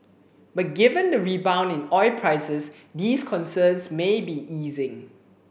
but given the rebound in oil prices these concerns may be easing